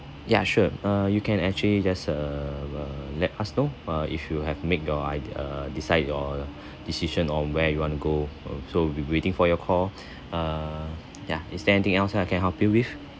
ya sure err you can actually just err let us know uh if you have make your I err decide your decision on where you want to go so we'll be waiting for your call err ya is there anything else I can help you with